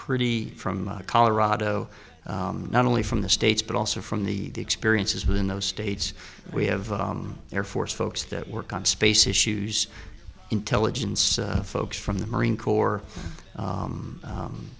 pretty from colorado not only from the states but also from the experiences within those states we have air force folks that work on space issues intelligence folks from the marine corps